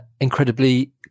incredibly